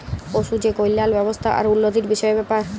পশু যে কল্যাল ব্যাবস্থা আর উল্লতির বিষয়ের ব্যাপার